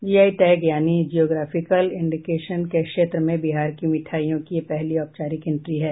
GI tag यानि geographical indication के क्षेत्र में बिहार के मिठाइयों की यह पहली औपचारिक इंट्री है